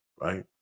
right